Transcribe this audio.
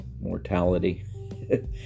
mortality